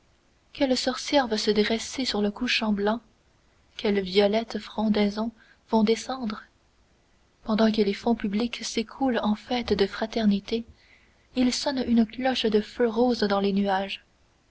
quelle sorcière va se dresser sur le couchant blanc quelles violettes frondaisons vont descendre pendant que les fonds publics s'écoulent en fêtes de fraternité il sonne une cloche de feu rose dans les nuages